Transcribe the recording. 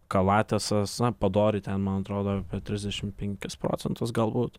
kalatesas na padori ten man atrodo trisdešim penkis procentus galbūt